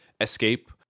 escape